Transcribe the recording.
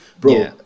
bro